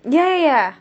ya ya